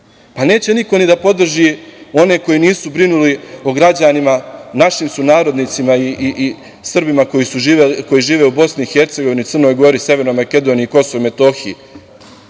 Neće niko ni da podrži one koji nisu brinuli o građanima, našim sunarodnicima i Srbima koji žive u BiH, Crnoj Gori, Severnoj Makedoniji, Kosovu i Metohiji.